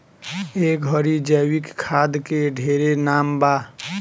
ए घड़ी जैविक खाद के ढेरे नाम बा